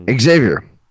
Xavier